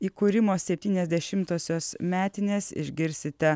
įkūrimo septyniasdešimtosios metinės išgirsite